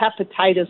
hepatitis